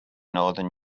northern